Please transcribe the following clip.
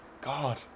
God